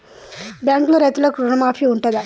బ్యాంకులో రైతులకు రుణమాఫీ ఉంటదా?